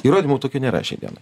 įrodymų tokių nėra šiandieną